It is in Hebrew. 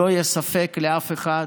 שלא יהיה ספק לאף אחד: